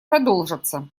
продолжатся